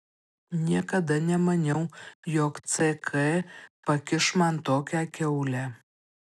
niekada nemaniau jog ck pakiš man tokią kiaulę